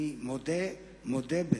אני מודה בזה.